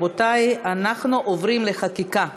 רבותי, אנחנו עוברים לחקיקה,